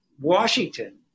Washington